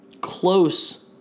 close